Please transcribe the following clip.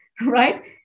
right